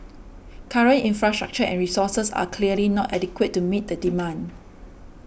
current infrastructure and resources are clearly not adequate to meet the demand